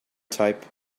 type